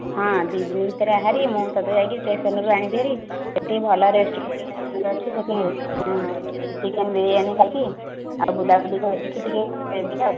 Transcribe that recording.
ହଁ ଦି ଦିନ ଭିତରେ ଆ ହାରି ମୁଁ ତତେ ଯାଇକି ଷ୍ଟେସନ୍ରୁ ଆଣିବି ଭାରି ଗୋଟେ ଭଲ ରେସ୍ଟୁରାଣ୍ଟ୍ ଅଛି ସେଠି ଚିକେନ୍ ବିରିୟାନୀ ଖାଇକି ଆଉ ବୁଲାବୁଲି କରିକି ଟିକିଏ ଯିବା ଆଉ